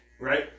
Right